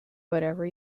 whatever